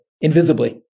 invisibly